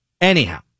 Anyhow